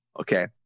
okay